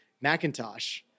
Macintosh